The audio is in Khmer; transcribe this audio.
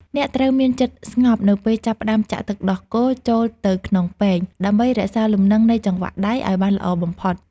អ្នកត្រូវមានចិត្តស្ងប់នៅពេលចាប់ផ្តើមចាក់ទឹកដោះគោចូលទៅក្នុងពែង ដើម្បីរក្សាលំនឹងនៃចង្វាក់ដៃឱ្យបានល្អបំផុត។